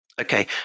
okay